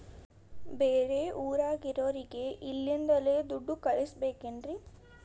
ಬೇರೆ ಊರಾಗಿರೋರಿಗೆ ಇಲ್ಲಿಂದಲೇ ದುಡ್ಡು ಕಳಿಸ್ಬೋದೇನ್ರಿ?